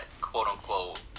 quote-unquote